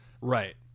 Right